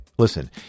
Listen